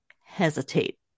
hesitate